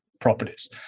properties